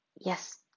Yes